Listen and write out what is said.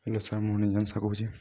ପଇଲେ ସାର୍ ମୁଁ ନେଜାସ କହୁଛେ